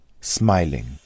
Smiling